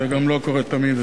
וזה גם לא קורה תמיד.